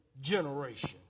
generation